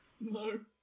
No